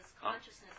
consciousness